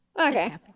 Okay